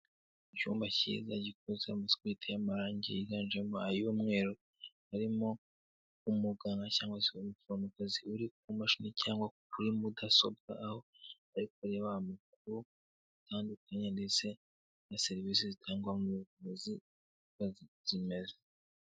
Icyumba Kiza giteye amarange yiganjemo ay'umweru harimo umuganga cyangwa se umuforomokazi uri ku mashini cyangwa kuri mudasobwa aho ari kureba amakuru atandukanye ndetse na serivisi zitangwa mu buvuzi ziba zimeze neza.